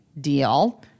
deal